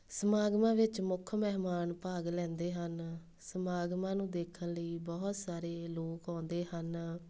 ਸਮਾਗਮਾਂ ਵਿੱਚ ਮੁੱਖ ਮਹਿਮਾਨ ਭਾਗ ਲੈਂਦੇ ਹਨ ਸਮਾਗਮਾਂ ਨੂੰ ਦੇਖਣ ਲਈ ਬਹੁਤ ਸਾਰੇ ਲੋਕ ਆਉਂਦੇ ਹਨ